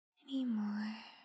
anymore